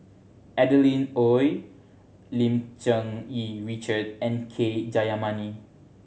Adeline Ooi Lim Cherng Yih Richard and K Jayamani